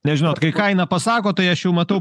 nežinau vat kai kaina pasakot tai aš jau matau